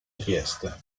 trieste